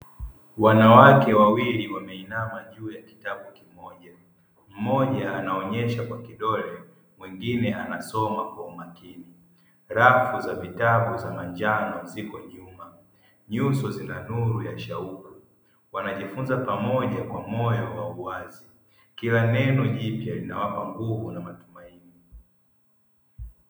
Wanawake wawili wameinama juu ya kitabu kimoja mmoja ameonyesha kwa kidole mwingine anasoma kwa makini, rafu za vitabu vya manjano zipo nyuma, nyuso zina nuru za shauku wanajifunza pamoja kwa moyo wa uwazi kila neno jipya linawapa nguvu na matumaini.